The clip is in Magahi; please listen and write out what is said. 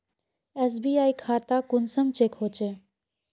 एस.बी.आई खाता कुंसम चेक होचे?